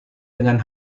dengan